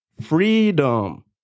FREEDOM